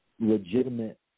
legitimate